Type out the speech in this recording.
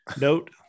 Note